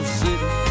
city